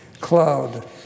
CLOUD